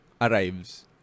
arrives